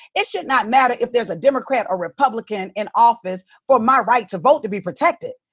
it should not matter if there's a democrat or republican in office for my right to vote to be protected,